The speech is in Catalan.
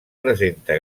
presenta